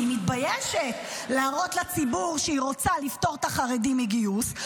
כי היא מתביישת להראות לציבור שהיא רוצה לפטור את החרדים מגיוס,